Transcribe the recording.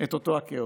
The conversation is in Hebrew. את אותו הכאוס.